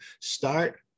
start